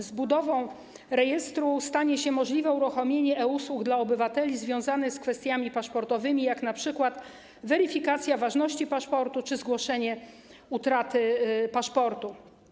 Dzięki budowie rejestru stanie się możliwe uruchomienie e-usług dla obywateli związanych z kwestiami paszportowymi, np. weryfikacją ważności paszportu czy zgłoszeniem utraty paszportu.